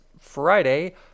Friday